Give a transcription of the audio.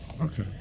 Okay